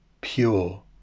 pure